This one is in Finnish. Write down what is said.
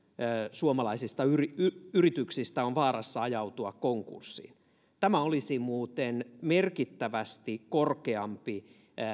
suomalaisista yrityksistä yrityksistä on vaarassa ajautua konkurssiin tämä olisi muuten merkittävästi korkeampi